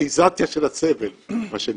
דמוקרטיזציה של הסבל, מה שנקרא.